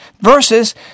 versus